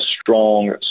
strong